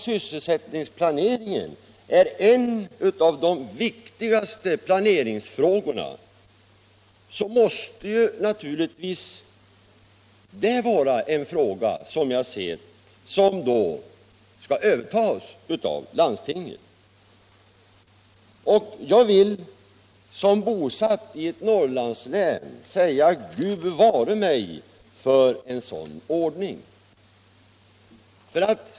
Sysselsättningsplaneringen, som är en av de viktigaste planeringsfrågorna, måste då naturligtvis övertas av landstinget. Jag vill som bosatt i ett Norrlandslän säga: Gud bevare mig för en sådan ordning!